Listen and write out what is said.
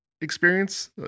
experience